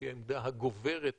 שהיא עמדה הגוברת,